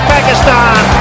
Pakistan